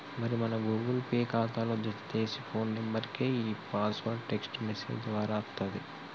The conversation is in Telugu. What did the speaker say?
మరి మన గూగుల్ పే ఖాతాలో జతచేసిన ఫోన్ నెంబర్కే ఈ పాస్వర్డ్ టెక్స్ట్ మెసేజ్ దారా అత్తది